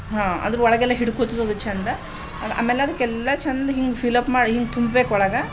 ಹಾಂ ಅದ್ರೊಳಗೆಲ್ಲಾ ಹಿಡ್ದು ಕೂತದದು ಚೆಂದ ಆಮೇಲೆ ಆಮೇಲೆ ಅದಕ್ಕೆಲ್ಲ ಚಂದ ಹಿಂಗೆ ಫಿಲ್ ಅಪ್ ಮಾಡಿ ಹಿಂಗೆ ತುಂಬೇಕು ಒಳಗೆ